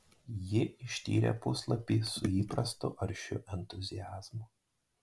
ji ištyrė puslapį su įprastu aršiu entuziazmu